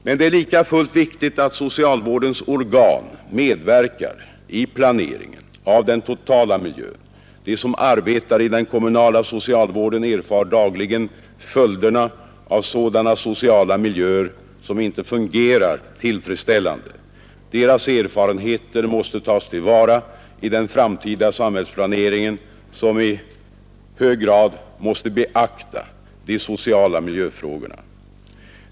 Men det är likafullt viktigt att socialvårdens organ medverkar i planeringen av den totala miljön. De som arbetar i den kommunala socialvården erfar dagligen följderna av sådana social miljöer som inte fungerar tillfredsställande. Deras erfarenheter måste tas till vara i den framtida samhällsplaneringen, som i hög grad måste beakta de social miljöfrågorna.